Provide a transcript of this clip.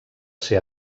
ser